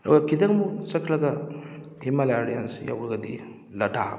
ꯑꯗꯨꯒ ꯈꯤꯇꯪ ꯆꯠꯈꯠꯂꯒ ꯍꯤꯃꯥꯂꯌꯥ ꯔꯦꯟꯖ ꯌꯧꯔꯒꯗꯤ ꯂꯥꯗꯥꯛ